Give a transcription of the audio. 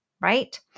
right